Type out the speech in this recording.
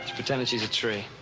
pretending she's a tree.